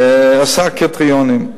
עשה קריטריונים,